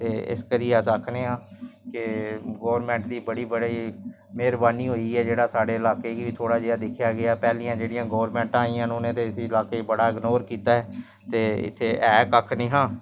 एह् करदे हे कि लोआन जंदे हे ठीक ऐ ते अस लोक कुठ बी नीं करी सकदे गोरमैंट कुछ करै ते अस लोक करी सकनेआं भाई गोरमैंट रूल कोई बी नमां नमां कड्ढी सकदी